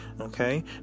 Okay